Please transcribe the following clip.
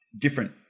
different